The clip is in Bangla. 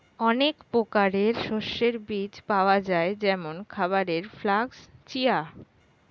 অনেক প্রকারের শস্যের বীজ পাওয়া যায় যেমন খাবারের ফ্লাক্স, চিয়া